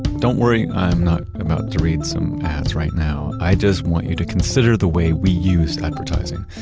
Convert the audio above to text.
don't worry, i'm not about to read some ads right now. i just want you to consider the way we use advertising.